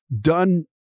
done